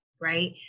right